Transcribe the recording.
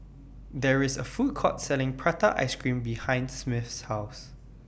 There IS A Food Court Selling Prata Ice Cream behind Smith's House